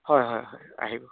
হয় হয় হয় আহিব